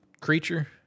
creature